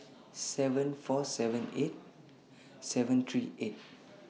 seven four seven eight seven three eight